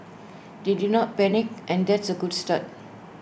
they did not panic and that's A good start